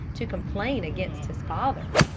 to complain against his father!